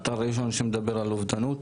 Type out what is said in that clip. אתר ראשון שמדבר על אובדנות.